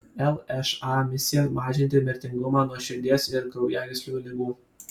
lša misija mažinti mirtingumą nuo širdies ir kraujagyslių ligų